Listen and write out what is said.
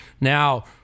Now